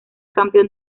campeón